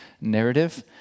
narrative